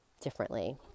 differently